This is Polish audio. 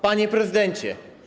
Panie Prezydencie!